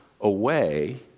away